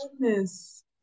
goodness